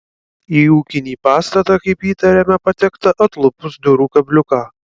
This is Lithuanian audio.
į ūkinį pastatą kaip įtariama patekta atlupus durų kabliuką